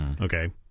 Okay